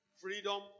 freedom